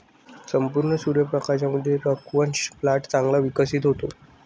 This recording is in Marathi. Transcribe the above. संपूर्ण सूर्य प्रकाशामध्ये स्क्वॅश प्लांट चांगला विकसित होतो